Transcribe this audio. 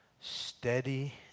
steady